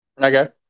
Okay